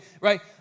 right